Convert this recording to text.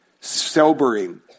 Sobering